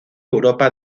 europa